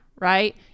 right